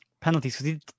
Penalties